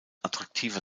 attraktiver